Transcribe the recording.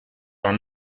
are